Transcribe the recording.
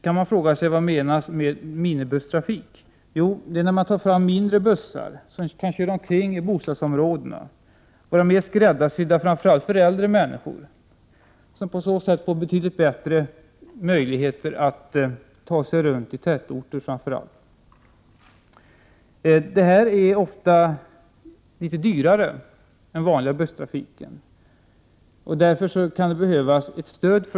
Man kan fråga sig vad som menas med minibusstrafik. Jo, det gäller mindre bussar som kan köra omkring i bostadsområdena. De är skräddarsydda för framför allt äldre människor, som på så sätt får betydligt bättre möjligheter att åka omkring i framför allt tätorter. Den trafiken är ofta litet dyrare än den vanliga busstrafiken, varför det kan behövas ett stöd.